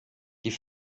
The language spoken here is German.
die